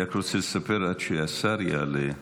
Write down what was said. אני רק רוצה לספר, עד שהשר יעלה,